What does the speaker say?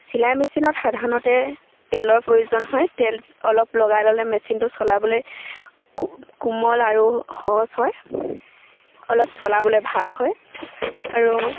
চিলাই মেচিনত সাধাৰণতে তেলৰ প্ৰয়োজন হয় তেল অলপ লগাই ল'লে মেচিনটো চলাবলৈ কো কোমল আৰু সহজ হয় অলপ চলাবলৈ ভাল হয় আৰু